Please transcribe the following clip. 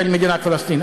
של מדינת פלסטין.